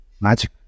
Magic